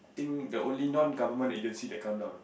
think the only non government agency that come down